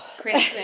Christmas